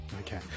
Okay